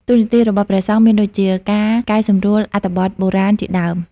តួនាទីរបស់ព្រះសង្ឃមានដូចជា ការកែសម្រួលអត្ថបទបុរាណជាដើម។